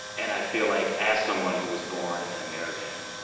and i feel like as someone who was born an american,